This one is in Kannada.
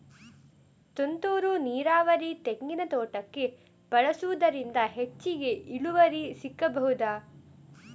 ತುಂತುರು ನೀರಾವರಿ ತೆಂಗಿನ ತೋಟಕ್ಕೆ ಬಳಸುವುದರಿಂದ ಹೆಚ್ಚಿಗೆ ಇಳುವರಿ ಸಿಕ್ಕಬಹುದ?